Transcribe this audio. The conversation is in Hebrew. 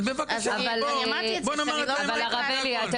אבל הרב אלי,